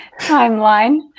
timeline